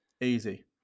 Easy